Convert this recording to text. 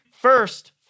first